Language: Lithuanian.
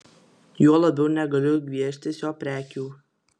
juo labiau negaliu gvieštis jo prekių